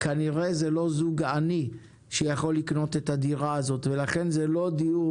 כנראה זה לא זוג עני שיכול לקנות את הדירה ולכן זה לא דיור